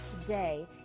today